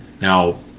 Now